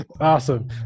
Awesome